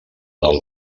del